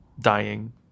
dying